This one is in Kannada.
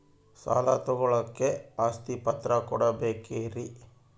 ಸಾಲ ತೋಳಕ್ಕೆ ಆಸ್ತಿ ಪತ್ರ ಕೊಡಬೇಕರಿ?